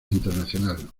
internacional